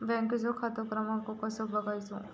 बँकेचो खाते क्रमांक कसो बगायचो?